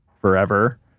forever